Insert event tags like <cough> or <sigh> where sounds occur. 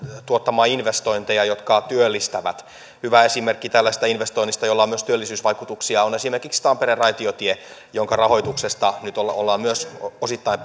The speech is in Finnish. tuottamaan investointeja jotka työllistävät hyvä esimerkki tällaisesta investoinnista jolla on myös työllisyysvaikutuksia on esimerkiksi tampereen raitiotie jonka rahoituksesta nyt ollaan myös osittain <unintelligible>